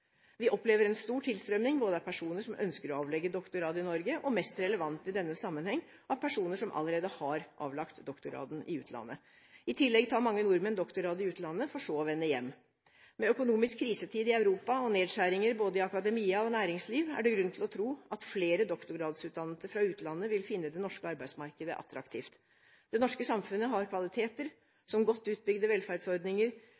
Vi opplever en stor tilstrømming både av personer som ønsker å avlegge doktorgraden i Norge, og, mest relevant i denne sammenheng, av personer som allerede har avlagt doktorgraden i utlandet. I tillegg tar mange nordmenn doktorgrad i utlandet for så å vende hjem. Med økonomisk krisetid i Europa og nedskjæringer både i akademia og næringsliv er det grunn til å tro at flere doktorgradsutdannede fra utlandet vil finne det norske arbeidsmarkedet attraktivt. Det norske samfunnet har